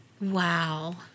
Wow